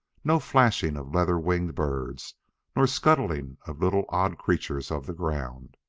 no flashing of leather-winged birds nor scuttling of little, odd creatures of the ground.